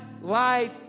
life